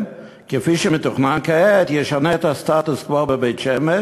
מה שמתוכנן כעת ישנה את הסטטוס-קוו בבית-שמש